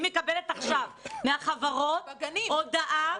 אני מקבלת עכשיו מהחברות הודעה --- בגנים?